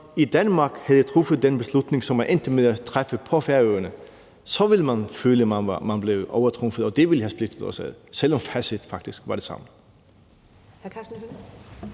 i Danmark havde truffet den beslutning, som man endte med at træffe på Færøerne, så ville man føle, at man blev overtrumfet, og det ville have spillet os ad, selv om facit faktisk havde været